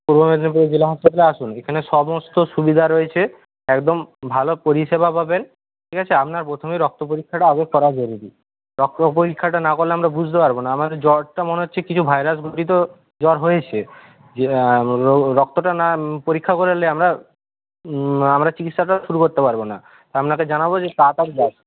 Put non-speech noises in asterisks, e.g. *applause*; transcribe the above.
পূর্ব মেদিনীপুর জেলা হাসপাতালে আসুন এখানে সমস্ত সুবিধা রয়েছে একদম ভালো পরিষেবা পাবেন ঠিক আছে আপনার প্রথমেই রক্ত পরীক্ষাটা আগে করা জরুরি রক্ত পরীক্ষাটা না করলে আমরা বুঝতে পারব না আমাদের জ্বরটা মনে হচ্ছে কিছু ভাইরাস ঘটিত জ্বর হয়েছে *unintelligible* রক্তটা না পরীক্ষা করালে আমরা আমরা চিকিৎসাটা শুরু করতে পারব না আপনাকে জানাব যে তাড়াতাড়ি *unintelligible*